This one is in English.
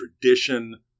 tradition